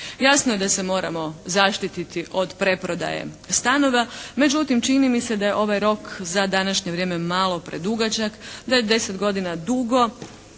Jasno je da se moramo zaštititi od preprodaje stanova. Međutim, čini mi se da je ovaj rok za današnje vrijeme malo predugačak, da je deset godina dugo